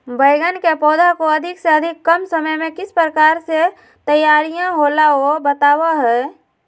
बैगन के पौधा को अधिक से अधिक कम समय में किस प्रकार से तैयारियां होला औ बताबो है?